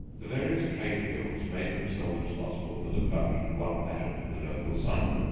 the various trade-guilds made themselves responsible for the production of one pageant of the local cycle,